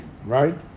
Right